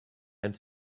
and